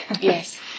Yes